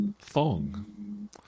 thong